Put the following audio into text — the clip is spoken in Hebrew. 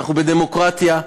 אנחנו בדמוקרטיה.